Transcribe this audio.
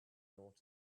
thought